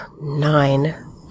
Nine